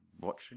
Watching